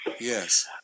Yes